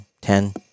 ten